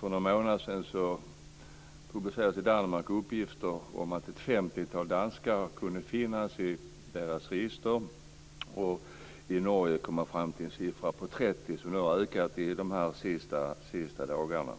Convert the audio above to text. För någon månad sedan publicerades i Danmark uppgifter om att ett femtiotal danskar kunde finnas i STASI:s register. I Norge har man kommit fram till antalet 30, men det har ökat under de senaste dagarna.